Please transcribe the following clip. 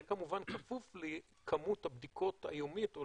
זה כמובן כפוף לכמות הבדיקות היומית או